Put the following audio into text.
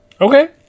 Okay